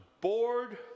bored